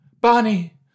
Bonnie